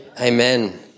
Amen